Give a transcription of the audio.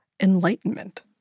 enlightenment